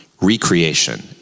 recreation